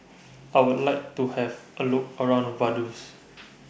I Would like to Have A Look around Vaduz